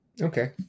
Okay